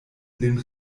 lin